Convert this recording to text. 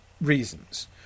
reasons